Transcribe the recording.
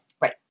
Right